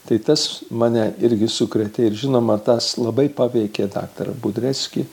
tai tas mane irgi sukrėtė ir žinoma tas labai paveikė daktarą budreckį